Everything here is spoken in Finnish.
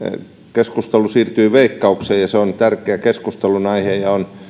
keskustelu siirtyy veikkaukseen ja se on tärkeä keskustelunaihe on